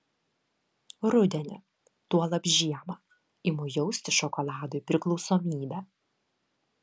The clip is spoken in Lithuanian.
rudenį tuolab žiemą imu jausti šokoladui priklausomybę